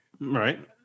Right